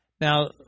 Now